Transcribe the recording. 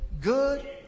good